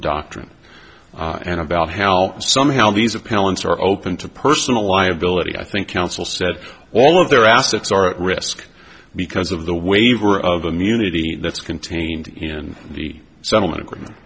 doctrine and about how some how these appellants are open to personal liability i think counsel said all of their assets are at risk because of the waiver of immunity that's contained in the settlement agreement